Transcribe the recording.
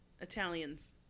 Italians